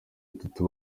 itatu